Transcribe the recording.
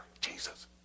Jesus